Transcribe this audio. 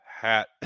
hat